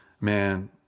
Man